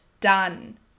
done